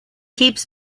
keeps